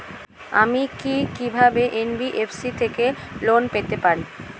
আমি কি কিভাবে এন.বি.এফ.সি থেকে লোন পেতে পারি?